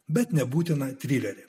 bet nebūtiną trilerį